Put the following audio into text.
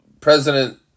President